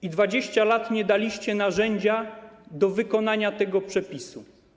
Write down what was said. Przez 20 lat nie daliście narzędzia do wykonania tego przepisu.